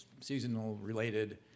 seasonal-related